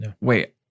wait